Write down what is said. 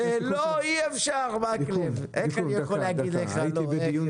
איך אני יכול להגיד לך לא?